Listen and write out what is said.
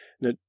Now